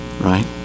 right